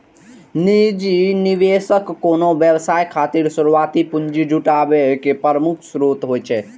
निजी निवेशक कोनो व्यवसाय खातिर शुरुआती पूंजी जुटाबै के प्रमुख स्रोत होइ छै